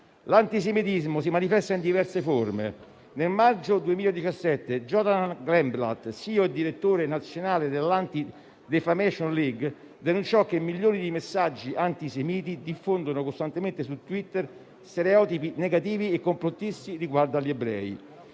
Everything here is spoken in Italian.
«l'antisemitismo si manifesta in diverse forme. Nel maggio 2017 Jonathan Greenblatt, CEO e direttore nazionale dell'Anti-defamation league, denunciò che milioni di messaggi antisemiti diffondono costantemente su "Twitter" stereotipi negativi e complottisti riguardo agli ebrei;